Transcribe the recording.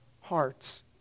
hearts